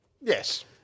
Yes